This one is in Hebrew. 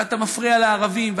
ואתה מפריע לערבים,